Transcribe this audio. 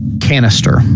canister